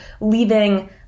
leaving